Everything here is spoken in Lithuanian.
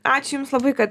ačiū jums labai kad